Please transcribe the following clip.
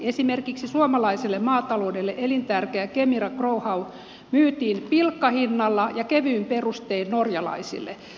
esimerkiksi suomalaiselle maataloudelle elintärkeä kemira growhow myytiin pilkkahinnalla ja kevyin perustein norjalaisille